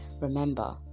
Remember